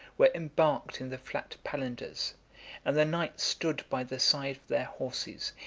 were embarked in the flat palanders and the knights stood by the side of their horses,